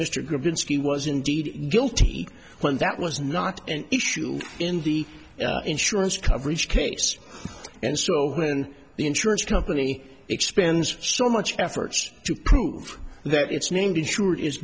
mr griffin scheme was indeed guilty when that was not an issue in the insurance coverage case and so when the insurance company expands so much efforts to prove that it's named insured is